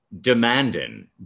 demanding